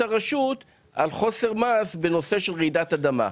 הרשות על חוסר מעש בנושא של רעידת אדמה.